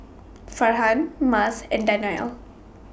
Farhan Mas and Danial